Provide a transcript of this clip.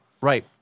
Right